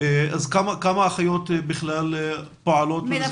כמה אחיות פועלות בכלל במסגרת?